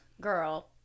girl